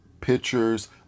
pictures